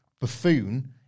buffoon